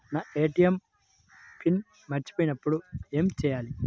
నా ATM pin మరచిపోయినప్పుడు ఏమి చేయాలి?